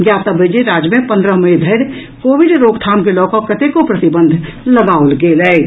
ज्ञातव्य अछि जे राज्य मे पन्द्रह मई धरि कोविड रोकथाम के लऽ कऽ कतेको प्रतिबंध लगाओल गेल अछि